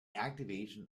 activation